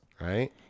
right